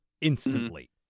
instantly